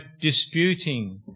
disputing